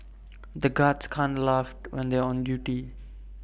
the guards can't laugh when they are on duty